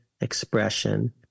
expression